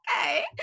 Okay